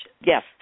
Yes